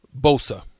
Bosa